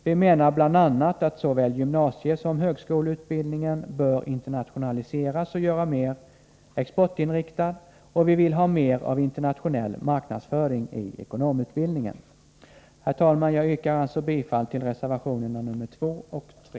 Vi menar bl.a. att såväl gymnasiesom högskoleutbildningen bör internationaliseras och göras mera exportinriktad, och vi vill ha mera av internationell marknadsföring i ekonomutbildningen. Herr talman! Jag yrkar alltså bifall till reservationerna 2 och 3.